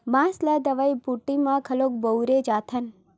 बांस ल दवई बूटी म घलोक बउरे जाथन